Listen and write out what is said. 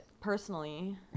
personally